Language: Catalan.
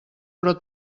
però